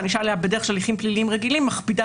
שהענישה עליה בדרך של הליכים פליליים רגילים מכבידה